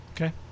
Okay